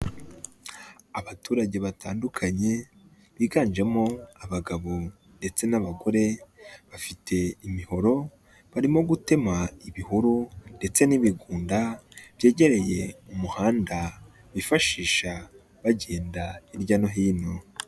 Abaturage batandukanye biganjemo abagabo ndetse n'abagore bafite imihoro barimo gutema ibihuru ndetse n'ibigunda byegereye umuhanda bifashisha bagenda hirya no hino.